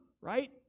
right